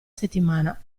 settimana